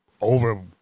over